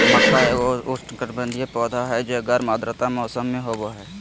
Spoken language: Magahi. मक्का एगो उष्णकटिबंधीय पौधा हइ जे गर्म आर्द्र मौसम में होबा हइ